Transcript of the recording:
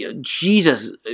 Jesus